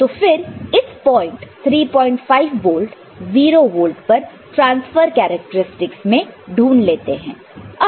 तो फिर इस पॉइंट 35 वोल्ट 0 वोल्ट पर ट्रांसफर कैरेक्टरस्टिक्स में ढूंढ लेते हैं